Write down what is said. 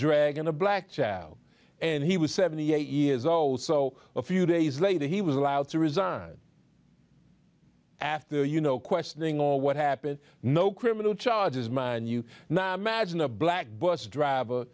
dragging a black child and he was seventy eight years old so a few days later he was allowed to resign after you know questioning or what happened no criminal charges mind you now imagine a black bus driver